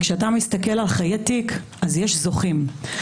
כשאתה מסתכל על חיי תיק אז יש זוכים,